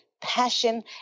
passion